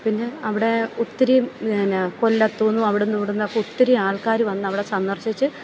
പിന്നെ അവിടെ ഒത്തിരി എന്ന കൊല്ലത്തൂന്നും അവിടുന്നും ഇവിടുന്നൊക്കെ ഒത്തിരി ആൾക്കാർ വന്ന് അവിടെ സന്ദർശിച്ച്